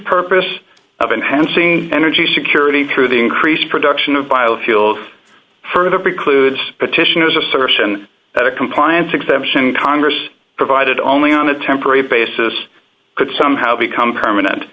purpose of enhancing energy security through the increased production of biofuels further precludes petitioners assertion that a compliance exemption congress provided only on a temporary basis could somehow become permanent